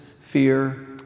fear